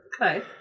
Okay